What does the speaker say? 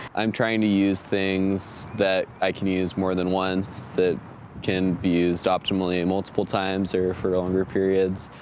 i'm trying to use things that i can use more than once that can be used optimally and multiple times, or for longer periods.